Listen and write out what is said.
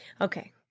Okay